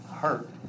hurt